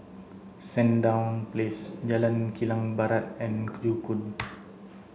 Sandown Place Jalan Kilang Barat and Joo Koon